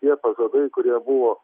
tie pažadai kurie buvo